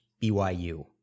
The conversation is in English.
BYU